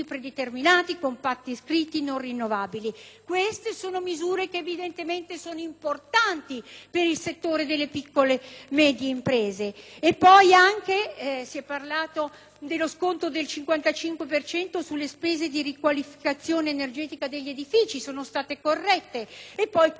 Queste sono misure evidentemente importanti per il settore delle piccole e medie imprese. Inoltre si è parlato dello sconto del 55 per cento sulle spese di riqualificazione energetica degli edifici, che sono state corrette. E poi c'è tutto il capitolo delle disposizioni dedicate